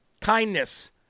kindness